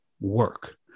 work